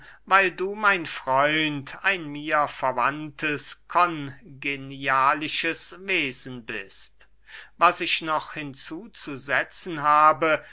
weil du mein freund ein mir verwandtes kongenialisches wesen bist was ich noch hinzuzusetzen habe